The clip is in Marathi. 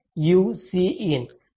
हे आहे